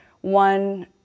One